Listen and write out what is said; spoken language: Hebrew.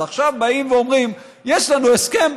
אז עכשיו באים ואומרים: יש לנו הסכם,